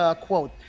quote